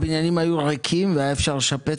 האמת שהבניינים היו ריקים ואפשר היה לשפץ אותם.